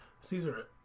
Caesar